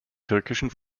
türkischen